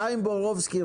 חיים בורובסקי,